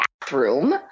bathroom